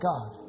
God